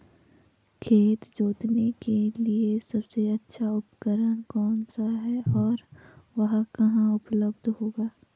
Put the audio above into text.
खेत जोतने के लिए सबसे अच्छा उपकरण कौन सा है और वह कहाँ उपलब्ध होगा?